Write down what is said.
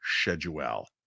schedule